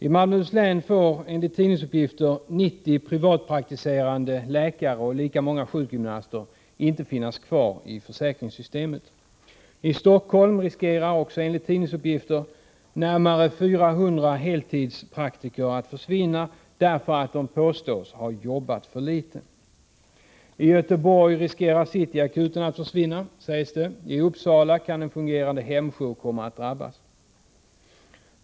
I Malmöhus län får, enligt tidningsuppgifter, 90 privatpraktiserande läkare och lika många sjukgymnaster inte finnas kvar i försäkringssystemet. I Stockholm riskerar också enligt tidningsuppgifter närmare 400 heltidspraktiker att försvinna, därför att de påstås ha arbetat för litet. I Göteborg riskerar City Akuten att försvinna, sägs det. I Uppsala kan en fungerande hemjour komma att drabbas.